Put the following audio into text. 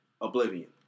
Oblivion